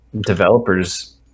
developers